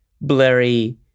blurry